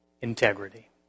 integrity